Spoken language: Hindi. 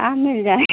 हाँ मिल जाएगा